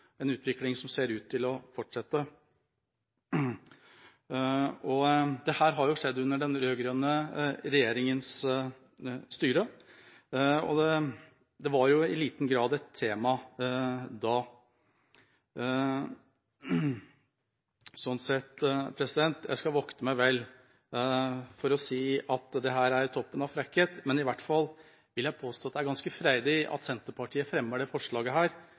en utvikling som ser ut til å fortsette. Dette har skjedd under den rød-grønne regjeringas styre, og det var i liten grad et tema da. Jeg skal vokte meg vel for å si at dette er toppen av frekkhet, men jeg vil i hvert fall påstå at det er ganske freidig at Senterpartiet fremmer dette forslaget